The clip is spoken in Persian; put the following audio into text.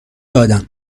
دادم